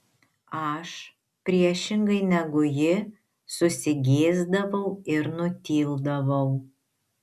aš priešingai negu ji susigėsdavau ir nutildavau